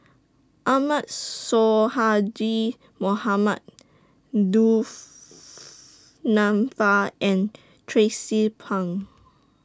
Ahmad Sonhadji Mohamad Du Nanfa and Tracie Pang